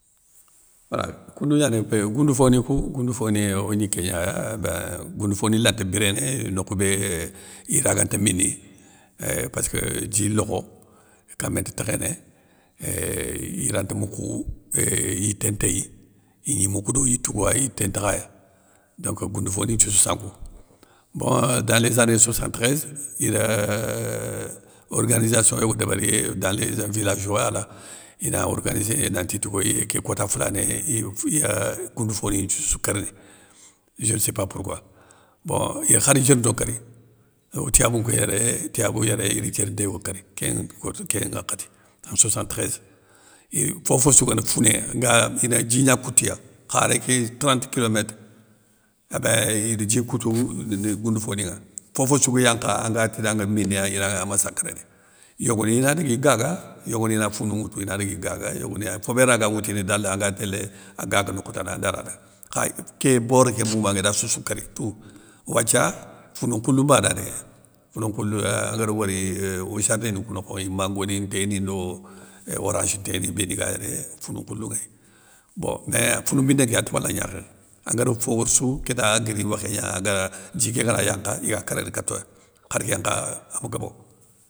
Wala koundou gnani, épi gounde fonikou, gounde foni ogni kégna, ébein gounde foni lanta biréné, nokhou bé iraganta mini, éuuh passkeu dji lokho kamé nte tékhéné, éuuh iranta mokhou éuuh yité ntéyi igni moukhou do yitou kou wa, yité ntakha ya, donc gounde fofoni nthioussou sankou. Bon dans les zané soixante ntréze ideuuuhorganization yogo débéri dans les za vilagoi la, ina organisé nanti ti koyi, ké kota foulané iyeuuh iya goundou foni nthioussou kérni, je ne sais pas pourquoi, bon ir khar diérinto nkéri, o tiyabounko yéré, tiyabou yéré ir diérinté yogo kéri kén nkota kén ŋakhati, en soixante ntréze, iii fofossou nguén founé ngan ine dji gna koutiya kharé ké trente kilométre, ébein ide djin nkoutou ndeuu gounde foninŋa, fofossou ga yankha anga tini anŋa mini, ina an massacréna, yogoni na guiri, gaga yogoni na founou ŋoutou, ina dagui gaga yogoni ya fo bé raga woutini dal anga télé a gaga nokhou tana, anda na daga kha, ite ké bor kén moumaŋa ida soussou kéri tou, wathia founou nkhoulou bana néy, founou nkhoulou an gar wori euh o jardé ni kou nokho mangoni nténi ndo orange nténi béni ga yéré, founou nkhoulou nŋéy. Bon mé founou mbiné nké ante wala gnakhénŋa, angar fo wori sou kéta aguiri wokhé gna aga dji ké gana yankha iga kéréné katoya khar kén nkha ame gobo.